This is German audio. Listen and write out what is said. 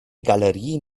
galerie